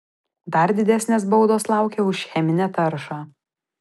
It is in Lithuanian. dar didesnės baudos laukia už cheminę taršą